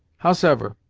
howsever,